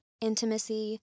intimacy